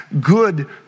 good